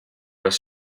where